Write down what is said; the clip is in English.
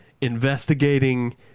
investigating